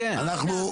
אנחנו,